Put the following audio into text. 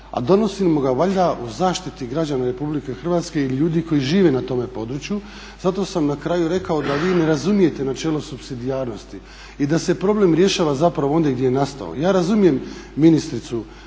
a donosimo ga valjda o zaštiti građana RH i ljudi koji žive na tome području zato sam na kraju rekao da vi ne razumijete načelo supsidijarnosti i da se problem rješava zapravo ondje gdje je nastao. Ja razumijem ministricu ovdje